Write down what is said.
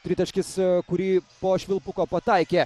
tritaškis kurį po švilpuko pataikė